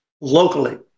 locally